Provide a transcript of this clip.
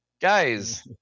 guys